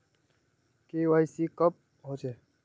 KYC कब होचे?